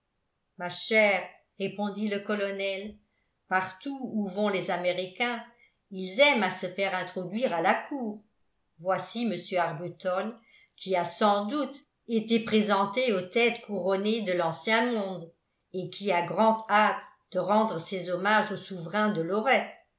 ma chère répondit le colonel partout où vont les américains ils aiment à se faire introduire à la cour voici m arbuton qui a sans doute été présenté aux têtes couronnées de l'ancien monde et qui a grande hâte de rendre ses hommages au souverain de